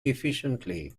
efficiently